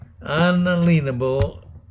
Unalienable